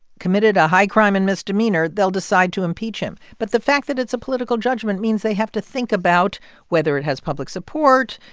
committed a high crime and misdemeanor, they'll decide to impeach him. but the fact that it's a political judgment means they have to think about whether it has public support,